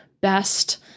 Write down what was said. best